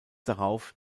darauf